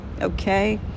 Okay